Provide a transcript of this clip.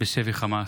בשבי חמאס.